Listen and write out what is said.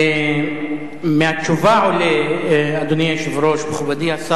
הרי מהרגע הראשון נאבקתי להרחיב את